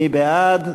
מי בעד?